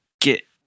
get